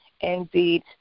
indeed